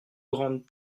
grandes